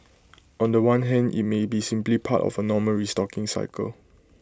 on The One hand IT may be simply part of A normal restocking cycle